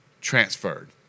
transferred